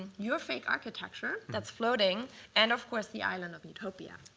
your fake architecture that's floating and, of course, the island of utopia.